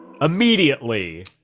immediately